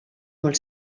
molt